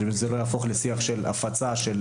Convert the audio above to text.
כדי שזה לא יהפוך לשיח של הפצה של